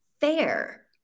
fair